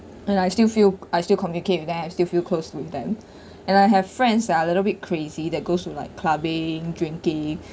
and I still feel I still communicate with them I still feel close with them and I have friends that are little bit crazy that goes to like clubbing drinking